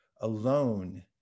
alone